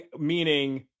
meaning